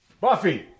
Buffy